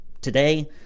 today